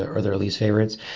or their least favorites,